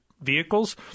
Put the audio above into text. vehicles